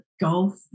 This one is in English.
golf